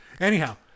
Anyhow